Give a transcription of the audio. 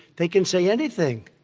they can say anything.